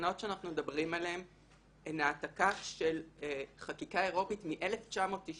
התקנות שאנחנו מדברים עליהן הן העתקה של חקיקה אירופאית מ-1999.